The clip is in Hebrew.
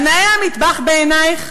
הנאה המטבח בעינייך?